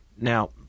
now